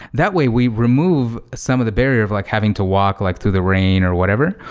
that way we remove some of the barrier of like having to walk like through the rain or whatever.